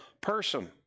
person